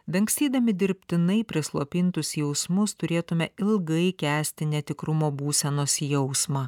dangstydami dirbtinai prislopintus jausmus turėtume ilgai kęsti netikrumo būsenos jausmą